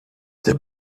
der